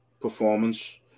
performance